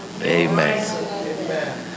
Amen